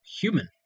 human